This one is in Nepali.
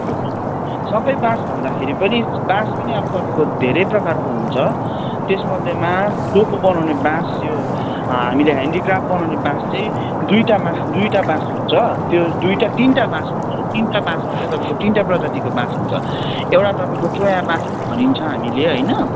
हजुर सबै बाँस भन्दाखेरि बाँस पनि अब तपाईँको धेरै प्रकारको हुन्छ त्यसमध्येमा डोको बनाउने बाँस यो हामीले ह्यान्डिक्राफ्ट बनाउने बाँस चाहिँ दुइटा बाँस दुइटा बाँस हुन्छ त्यो दुइटा तिनवटा बाँस हुन्छ तिनवटा बाँसमा चाहिँ तपाईँको तिनवटा प्रजातिको बाँस हुन्छ एउटा तपाईँको चोया बाँस पनि भनिन्छ हामीले होइन